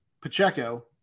Pacheco